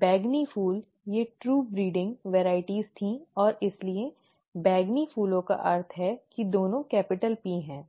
बैंगनी फूल ये ट्रू ब्रीडिंग varieties किस्में थीं और इसलिए बैंगनी फूलों का अर्थ है कि दोनों कैपिटल P हैं